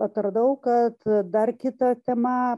atradau kad dar kita tema